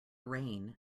rain